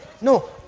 no